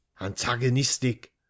antagonistic